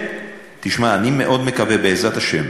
תשמע, אני מאוד מקווה, בעזרת השם,